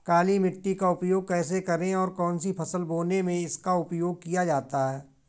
काली मिट्टी का उपयोग कैसे करें और कौन सी फसल बोने में इसका उपयोग किया जाता है?